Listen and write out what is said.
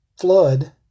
flood